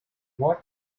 what